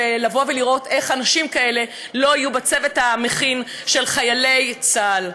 ולבוא ולראות איך אנשים כאלה לא יהיו בצוות המכין של חיילי צה"ל.